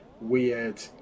weird